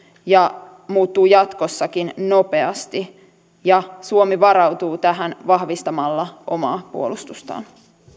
ja muuttuu jatkossakin nopeasti ja että suomi varautuu tähän vahvistamalla omaa puolustustaan